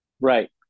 right